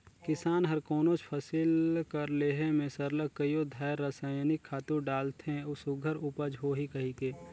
किसान हर कोनोच फसिल कर लेहे में सरलग कइयो धाएर रसइनिक खातू डालथे सुग्घर उपज होही कहिके